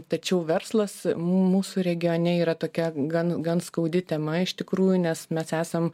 tačiau verslas mūsų regione yra tokia gan gan skaudi tema iš tikrųjų nes mes esam